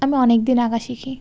আমি অনেক দিন আঁকা শিখি